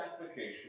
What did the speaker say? application